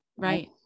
Right